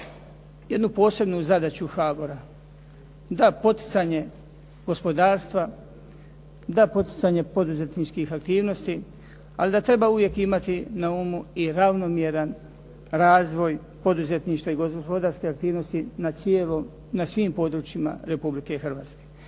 jednu posebnu zadaću HABOR-a da poticanje gospodarstva, da poticanje poduzetničkih aktivnosti, ali da treba uvijek imati na umu i ravnomjeran razvoj poduzetništva i gospodarske aktivnosti na svim područjima Republike Hrvatske,